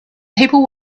people